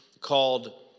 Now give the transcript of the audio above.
called